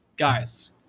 Guys